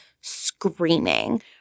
screaming